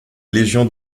légion